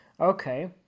Okay